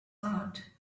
heart